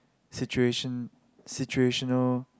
situation situational